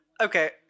Okay